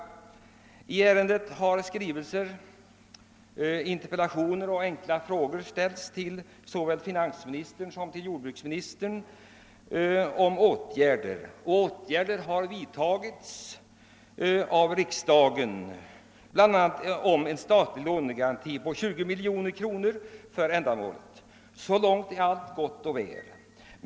I det här ärendet har skrivelser, interpellationer och enkla frågor ställts till såväl finansministern som jordbruksministern om åtgärder. Sådana har också vidtagits av riksdagen. Bl. a. har det lämnats en statlig lånegaranti på 20 miljoner kronor för ändamålet, och så långt är allt gott och väl.